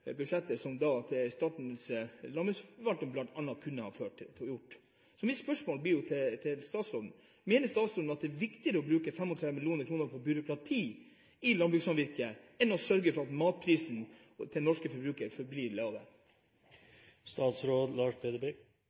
kunne vært lagt under bl.a. Statens landbruksforvaltning. Mitt spørsmål til statsråden er: Mener statsråden at det er viktigere å bruke 35 mill. kr på byråkrati i landbrukssamvirket enn å sørge for at matprisene til den norske forbruker forblir lave? Det